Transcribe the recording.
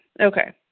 Okay